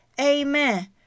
Amen